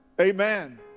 Amen